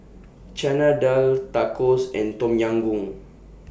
Chana Dal Tacos and Tom Yam Goong